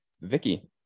vicky